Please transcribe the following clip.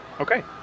Okay